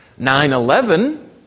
9-11